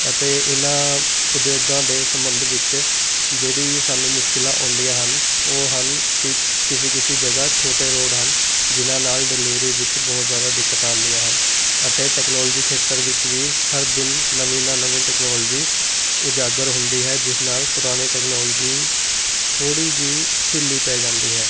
ਅਤੇ ਇਹਨਾਂ ਉਦਯੋਗਾਂ ਦੇ ਸੰਬੰਧ ਵਿੱਚ ਜਿਹੜੀ ਸਾਨੂੰ ਮੁਸ਼ਕਿਲਾਂ ਆਉਂਦੀਆਂ ਹਨ ਉਹ ਹਨ ਕਿ ਕਿਸੇ ਕਿਸੇ ਜਗ੍ਹਾ ਛੋਟੇ ਰੋਡ ਹਨ ਜਿਨਾਂ ਨਾਲ ਡਿਲੀਵਰੀ ਵਿੱਚ ਬਹੁਤ ਜ਼ਿਆਦਾ ਦਿੱਕਤਾਂ ਆਉਂਦੀਆਂ ਹਨ ਅਤੇ ਟੈਕਨੋਲੋਜੀ ਖੇਤਰ ਵਿੱਚ ਵੀ ਹਰ ਦਿਨ ਨਵੀਂ ਨਾ ਨਵੀਂ ਟੈਕਨੋਲੋਜੀ ਉਜਾਗਰ ਹੁੰਦੀ ਹੈ ਜਿਸ ਨਾਲ ਪੁਰਾਣੀ ਟੈਕਨੋਲੋਜੀ ਥੋੜ੍ਹੀ ਜਿਹੀ ਢਿੱਲੀ ਪੈ ਜਾਂਦੀ ਹੈ